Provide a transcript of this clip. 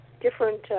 different